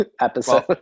episode